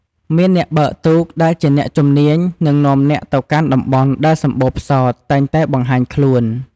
មានអ្នកបើកទូកដែលជាអ្នកជំនាញនឹងនាំអ្នកទៅកាន់តំបន់ដែលសម្បូរផ្សោតតែងតែបង្ហាញខ្លួន ។